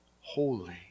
holy